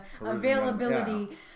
availability